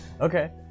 okay